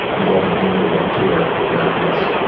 and love an anna wintour reference.